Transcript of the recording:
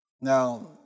Now